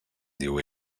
diu